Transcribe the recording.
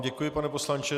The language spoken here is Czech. Děkuji vám, pane poslanče.